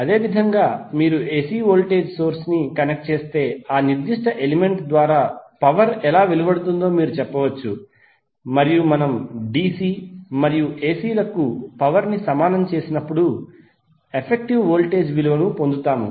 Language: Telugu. అదేవిధంగా మీరు ఎసి వోల్టేజ్ సోర్స్ ని కనెక్ట్ చేస్తే ఆ నిర్దిష్ట ఎలిమెంట్ ద్వారా పవర్ ఎలా వెలువడుతుందో మీరు చెప్పవచ్చు మరియు మనము డిసి మరియు ఎసి లకు పవర్ ని సమానం చేసినప్పుడు ఎఫెక్టివ్ వోల్టేజ్ విలువను పొందుతాము